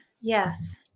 yes